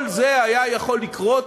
כל זה היה יכול לקרות,